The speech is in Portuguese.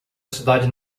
cidade